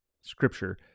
Scripture